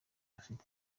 ufite